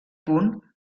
punt